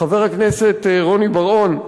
חבר הכנסת רוני בר-און,